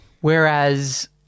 Whereas